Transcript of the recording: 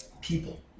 People